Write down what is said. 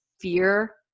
fear